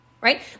right